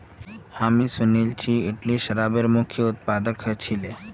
हामी सुनिल छि इटली शराबेर मुख्य उत्पादक ह छिले